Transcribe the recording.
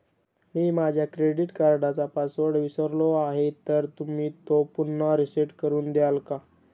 मी माझा क्रेडिट कार्डचा पासवर्ड विसरलो आहे तर तुम्ही तो पुन्हा रीसेट करून द्याल का?